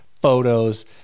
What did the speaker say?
photos